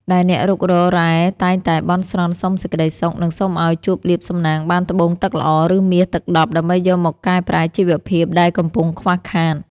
ដែលអ្នករុករករ៉ែតែងតែបន់ស្រន់សុំសេចក្តីសុខ និងសុំឱ្យជួបលាភសំណាងបានត្បូងទឹកល្អ ឬមាសទឹកដប់ ដើម្បីយកមកកែប្រែជីវភាពដែលកំពុងខ្វះខាត។